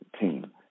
team